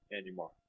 anymore